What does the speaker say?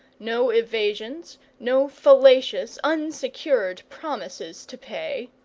no evasions, no fallacious, unsecured promises to pay.